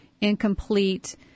incomplete